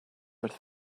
wrth